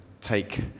take